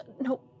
no